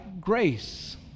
grace